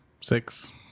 Six